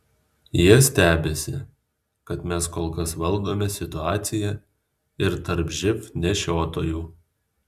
jie stebisi kad mes kol kas valdome situaciją ir tarp živ nešiotojų